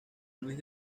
luis